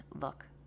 look